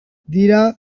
dira